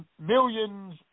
millions